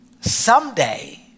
someday